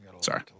Sorry